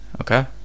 Okay